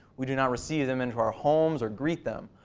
we don't not receive them into our homes or greet them.